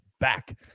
back